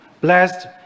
Blessed